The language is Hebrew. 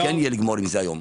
כן נגמור עם זה היום.